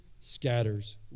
scatters